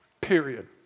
period